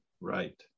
right